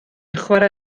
chwarae